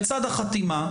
בצד החתימה,